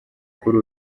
kuri